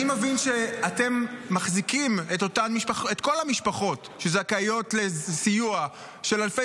אני מבין שאתם מחזיקים את כל המשפחות שזכאיות לסיוע של אלפי